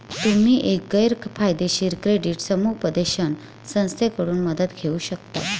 तुम्ही एक गैर फायदेशीर क्रेडिट समुपदेशन संस्थेकडून मदत घेऊ शकता